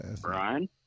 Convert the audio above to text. Brian